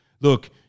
look